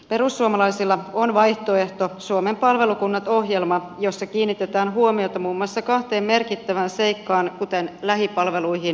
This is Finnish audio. perussuomalaisilla on vaihtoehto suomen palvelukunnat ohjelma jossa kiinnitetään huomiota muun muassa kahteen merkittävään seikkaan kuten lähipalveluihin ja rahoitukseen